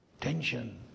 tension